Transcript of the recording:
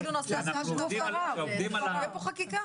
אפילו נעשה הצעה של הועדה ותהיה פה חקיקה.